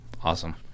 Awesome